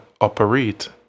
operate